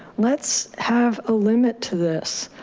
let's have a limit to this.